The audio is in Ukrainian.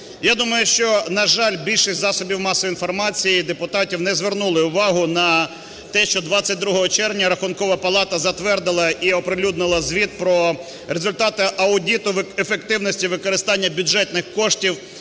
Я думаю, що, на жаль, більшість засобів масової інформації, депутатів не звернули увагу на те, що 22 червня Рахункова палата затвердила і оприлюднила звіт про результати аудиту в ефективності використання бюджетних коштів